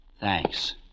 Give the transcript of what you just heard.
Thanks